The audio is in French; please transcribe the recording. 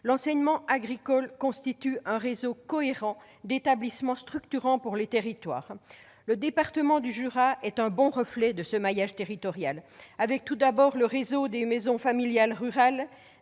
L'enseignement agricole constitue un réseau cohérent d'établissements, qui est structurant pour les territoires. Le département du Jura est un bon reflet de ce maillage territorial, avec notamment le réseau des maisons familiales rurales